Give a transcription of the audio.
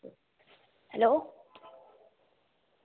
hello